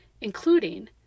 including